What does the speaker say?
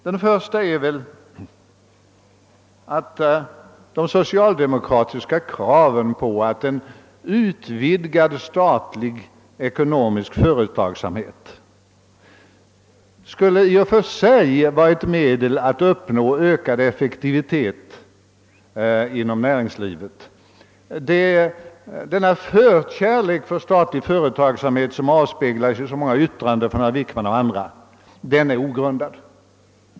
Den första av dessa slutsatser gäller de socialdemokratiska kraven på en utvidgad statlig ekonomisk företagsamhet och åsikten att en sådan verksamhet i och för sig skulle vara ett medel att uppnå ökad effektivitet inom näringslivet. Denna förkärlek för statlig företagsamhet, som avspeglas i så många yttranden av herr Wickman och andra, är ogrundad.